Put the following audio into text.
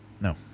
No